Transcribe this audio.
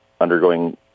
undergoing